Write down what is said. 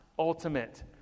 ultimate